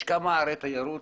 יש כמה ערי תיירות,